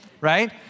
right